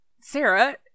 sarah